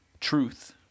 truth